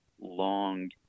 long